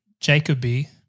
Jacoby